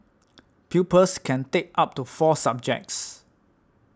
pupils can take up to four subjects